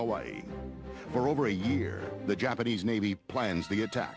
hawaii for over a year the japanese navy plans t